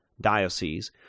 diocese